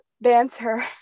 banter